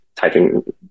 typing